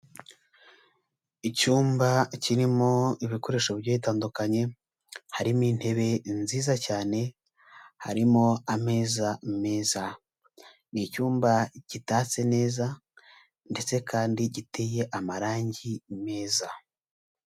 Icyumba kirimo ibikoresho bigiye bitandukanye, harimo intebe nziza cyane, harimo ameza meza, ni icyumba gitatse neza, ndetse kandi giteye amarangi meza.